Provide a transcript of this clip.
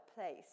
place